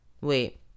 Wait